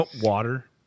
Water